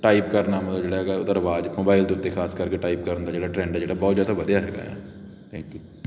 type ਕਰਨਾ ਮਤਲਬ ਜਿਹੜਾ ਹੈਗਾ ਉਹਦਾ ਰਿਵਾਜ਼ ਮੋਬਾਈਲ ਦੇ ਉੱਤੇ ਖਾਸ ਕਰਕੇ ਟਾਈਪ ਕਰਨ ਦਾ ਜਿਹੜਾ ਟਰੈਂਡ ਜਿਹੜਾ ਬਹੁਤ ਜ਼ਿਆਦਾ ਵਧਿਆ ਹੈਗਾ ਆ ਥੈਂਕ ਯੂ